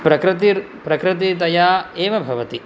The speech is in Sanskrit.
प्रकृतितया एव भवति